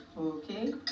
okay